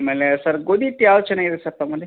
ಆಮೇಲೆ ಸರ್ ಗೋಧಿ ಹಿಟ್ ಯಾವ್ದ್ ಚೆನ್ನಾಗಿದೆ ಸರ್ ತಮ್ಮಲ್ಲಿ